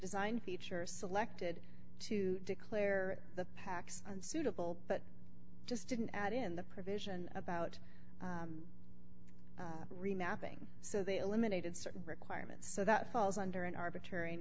design features selected to declare the pax unsuitable but just didn't add in the provision about remapping so they eliminated certain requirements so that falls under an arbitrary